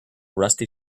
rusty